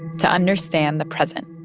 to understand the present